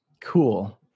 Cool